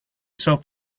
soap